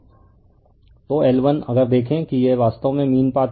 refer slide time 0833 तो L1 अगर देखें कि यह वास्तव में मीन पाथ है